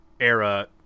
era